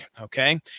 Okay